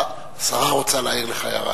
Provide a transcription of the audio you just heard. השרה רוצה להעיר לך הערה.